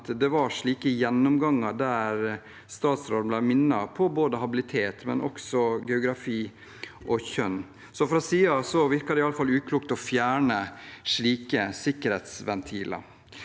det var gjennomganger der statsrådene ble minnet på både habilitet, geografi og kjønn. Fra siden virker det iallfall uklokt å fjerne slike sikkerhetsventiler.